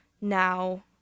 now